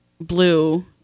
blue